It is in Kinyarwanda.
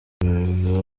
amasosiyete